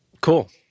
cool